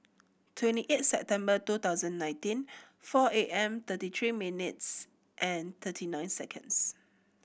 twenty eight September two thousand nineteen four A M thirty tree minutes and thirty nine seconds